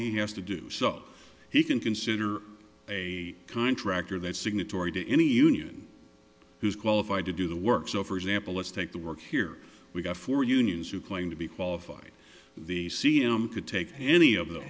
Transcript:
he has to do so he can consider a contractor that signatory to any union who's qualified to do the work so for example let's take the work here we've got four unions who claim to be qualified the c m could take any of th